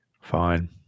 Fine